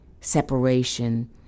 separation